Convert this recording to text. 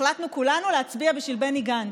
החלטנו כולנו להצביע בשביל בני גנץ.